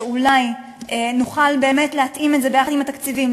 כי אולי נוכל באמת להתאים את זה לתקציבים,